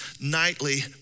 nightly